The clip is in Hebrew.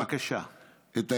בבקשה.